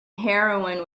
heroin